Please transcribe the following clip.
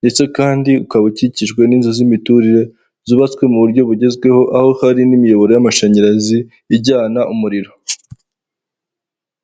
ndetse kandi ukaba ukikijwe n'inzu z'imiturire zubatswe mu buryo bugezweho, aho hari n'imiyoboro y'amashanyarazi ijyana umuriro.